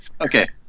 Okay